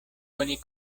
oni